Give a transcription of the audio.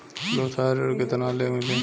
व्यवसाय ऋण केतना ले मिली?